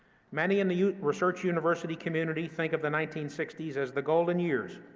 many in the research university community think of the nineteen sixty s as the golden years,